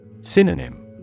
Synonym